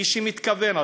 מי שמתכוון.